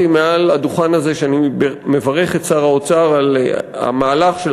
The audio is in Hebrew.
אמרתי מעל הדוכן הזה שאני מברך את שר האוצר על המהלך של